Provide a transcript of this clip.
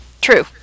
true